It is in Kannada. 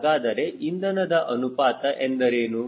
ಹಾಗಾದರೆ ಇಂಧನದ ಅನುಪಾತ ಎಂದರೇನು